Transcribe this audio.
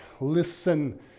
listen